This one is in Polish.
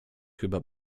chyba